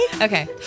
okay